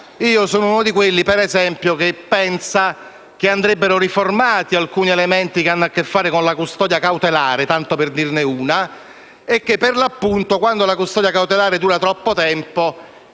sono uno di quelli che pensano che andrebbero riformati alcuni elementi che hanno a che fare con la custodia cautelare, tanto per dirne una, e che, per l'appunto, la custodia cautelare che dura troppo tempo